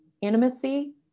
intimacy